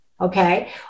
Okay